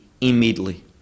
immediately